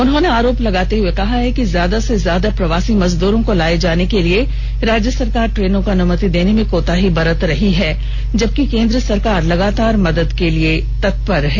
उन्होंने आरोप लगाते हुए कहा कि ज्यादा से ज्यादा प्रवासी मजदूरों को लाए जाने के लिए राज्य सरकार ट्रेनों को अनुमति देने में कोताही बरत रही है जबकि केंद्र सरकार लगातार मदद के लिए तत्पर है